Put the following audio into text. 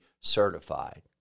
certified